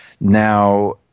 Now